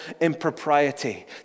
impropriety